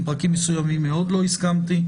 עם פרקים מסוימים מאוד לא הסכמתי.